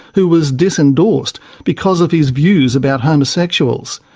who was disendorsed because of his views about homosexuals.